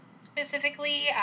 specifically